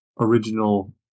original